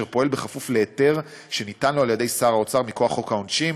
אשר פועל בכפוף להיתר שניתן לו על-ידי שר האוצר מכוח חוק העונשין.